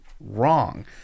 wrong